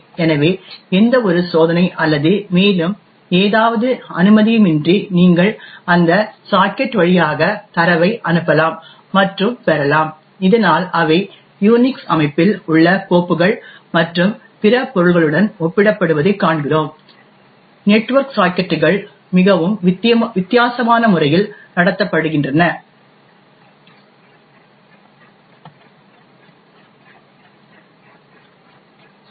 எனவே எந்தவொரு சோதனை அல்லது மேலும் ஏதாவது அனுமதியுமின்றி நீங்கள் அந்த சாக்கெட் வழியாக தரவை அனுப்பலாம் மற்றும் பெறலாம் இதனால் அவை யூனிக்ஸ் அமைப்பில் உள்ள கோப்புகள் மற்றும் பிற பொருள்களுடன் ஒப்பிடப்படுவதைக் காண்கிறோம் நெட்வொர்க் சாக்கெட்டுகள் மிகவும் வித்தியாசமான முறையில் நடத்தப்படுகின்றன